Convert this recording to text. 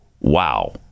wow